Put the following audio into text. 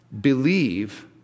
Believe